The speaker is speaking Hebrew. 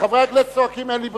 חברי הכנסת צועקים, אין לי ברירה,